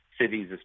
cities